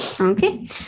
Okay